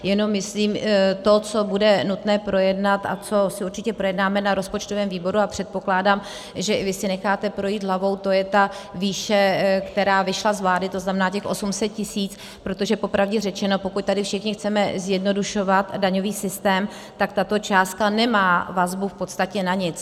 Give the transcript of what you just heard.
Jenom myslím, to, co bude nutné projednat a co si určitě projednáme na rozpočtovém výboru, a předpokládám, že i vy si necháte projít hlavou, to je ta výše, která vyšla z vlády, tzn. těch 800 tisíc, protože po pravdě řečeno, pokud tady všichni chceme zjednodušovat daňový systém, tak tato částka nemá vazbu v podstatě na nic.